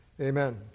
Amen